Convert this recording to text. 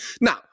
Now